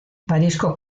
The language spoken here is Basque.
parisko